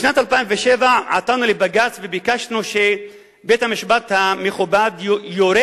בשנת 2007 עתרנו לבג"ץ וביקשנו שבית-המשפט המכובד יורה